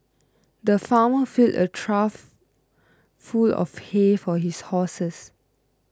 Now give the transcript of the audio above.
the farmer filled a trough full of hay for his horses